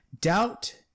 doubt